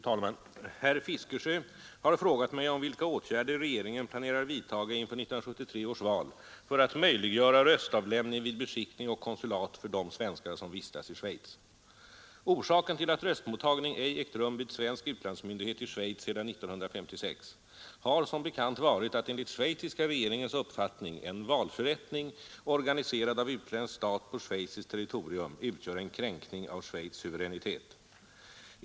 Fru talman! Herr Fiskesjö har frågat mig om vilka åtgärder regeringen planerar vidtaga inför 1973 års val för att möjliggöra röstavlämning vid beskickning och konsulat för de svenskar som vistas i Schweiz. Orsaken till att röstmottagning ej ägt rum vid svensk utlandsmyndighet i Schweiz sedan 1956 har som bekant varit att enligt schweiziska regeringens uppfattning en valförrättning, organiserad av utländsk stat på schweiziskt territorium, utgör en kränkning av Schweiz suveränitet.